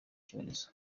cyorezo